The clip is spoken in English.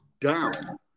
down